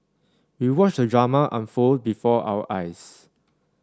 we watched the drama unfold before our eyes